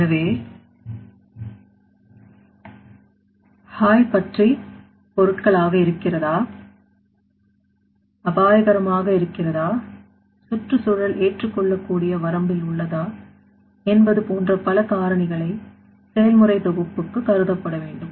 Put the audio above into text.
எனவே ஹாய் பற்றி பொருட்களாக இருக்கிறதா அபாயகரமாக இருக்கிறதா சுற்று சூழல் ஏற்றுக்கொள்ளக்கூடிய வரம்பில் உள்ளதா என்பது போன்ற பல காரணிகளை செயல்முறை தொகுப்புக்கு கருதப்படவேண்டும்